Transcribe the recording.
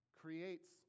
creates